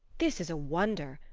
this is a wonder,